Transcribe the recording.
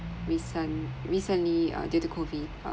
recent recently uh due to COVID uh